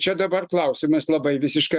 čia dabar klausimas labai visiškai